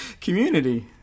community